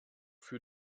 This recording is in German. für